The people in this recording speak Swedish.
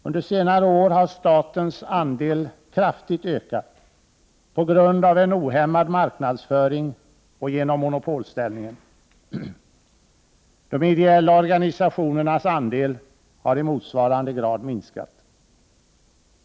Under senare år har statens andel kraftigt ökat på grund av en ohämmad marknadsföring och genom monopolställningen. De ideella organisationernas andel har i motsvarande grad minskat.